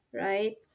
right